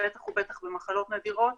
בטח ובטח במחלות נדירות,